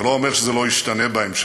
זה לא אומר שזה לא ישתנה בהמשך,